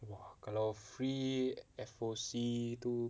!wah! kalau free F_O_C tu